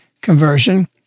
conversion